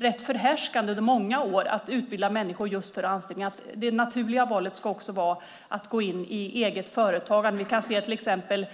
varit förhärskande under många år har varit att utbilda människor för anställning. Det ska också vara naturligt att gå in i eget företagande.